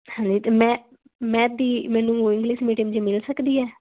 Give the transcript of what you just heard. ਹਾਂਜੀ ਅਤੇ ਮੈਂ ਮੈਥ ਦੀ ਮੈਨੂੰ ਇੰਗਲਿਸ਼ ਮੀਡੀਅਮ 'ਚ ਮਿਲ ਸਕਦੀ ਹੈ